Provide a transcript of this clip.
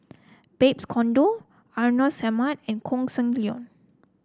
Babes Conde Hartinah Ahmad and Koh Seng Leong